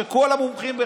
כשכל המומחים,